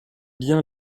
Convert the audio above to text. bien